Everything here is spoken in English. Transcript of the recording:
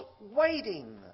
waiting